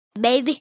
Baby